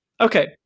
Okay